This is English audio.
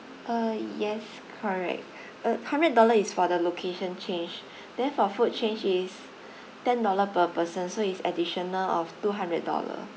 uh yes correct uh hundred dollars is for the location change then for food change it's ten dollars per person so is additional of two hundred dollars